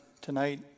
tonight